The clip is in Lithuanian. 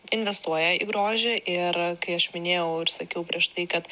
investuoja į grožį ir kai aš minėjau ir sakiau prieš tai kad